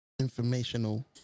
informational